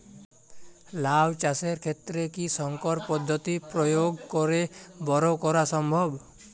লাও চাষের ক্ষেত্রে কি সংকর পদ্ধতি প্রয়োগ করে বরো করা সম্ভব?